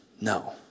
no